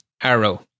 arrow